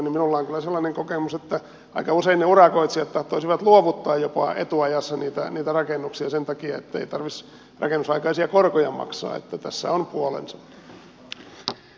minulla on kyllä sellainen kokemus että aika usein ne urakoitsijat tahtoisivat luovuttaa jopa etuajassa niitä rakennuksia sen takia ettei tarvitsisi rakennusaikaisia korkoja maksaa että tässä on puolensa